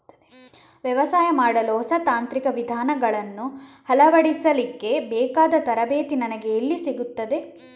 ವ್ಯವಸಾಯ ಮಾಡಲು ಹೊಸ ತಾಂತ್ರಿಕ ವಿಧಾನಗಳನ್ನು ಅಳವಡಿಸಲಿಕ್ಕೆ ಬೇಕಾದ ತರಬೇತಿ ನನಗೆ ಎಲ್ಲಿ ಸಿಗುತ್ತದೆ?